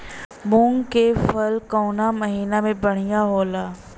मुँग के फसल कउना महिना में बढ़ियां होला?